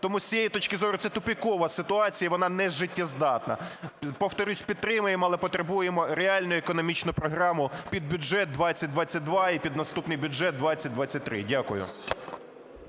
Тому з цієї точки зору це тупикова ситуація і вона не життєздатна. Повторюсь, підтримаємо, але потребуємо реальну економічну програму під бюджет-2022 і під наступний бюджет-2023. Дякую.